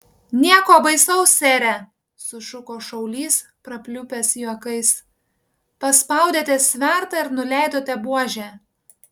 nieko baisaus sere sušuko šaulys prapliupęs juokais paspaudėte svertą ir nuleidote buožę